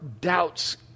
doubts